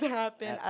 happen